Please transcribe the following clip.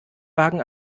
wagen